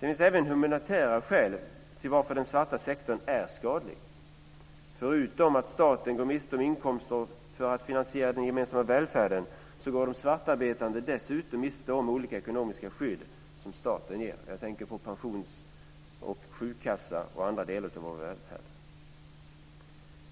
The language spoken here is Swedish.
Det finns även humanitära skäl till varför den svarta sektorn är skadlig. Förutom att staten går miste om inkomster för att finansiera den gemensamma välfärden går de svartarbetande dessutom miste om olika ekonomiska skydd som staten ger. Jag tänker på pension, sjukkassa och andra delar av vår välfärd.